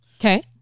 Okay